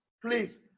please